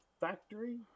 Factory